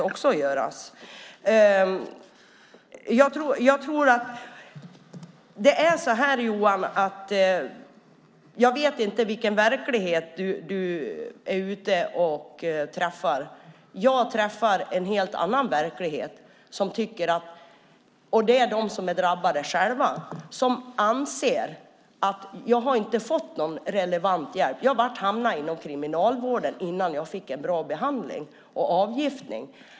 Johan Pehrson, jag vet inte vilken verklighet du möter. Jag möter en annan verklighet, nämligen dem som är drabbade. De anser att de inte har fått någon relevant hjälp utan att de har hamnat i kriminalvården utan att få en bra avgiftning och behandling.